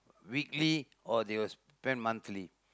weekly or they will spend monthly